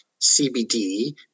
CBD